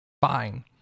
Fine